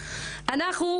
ואנחנו,